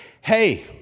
hey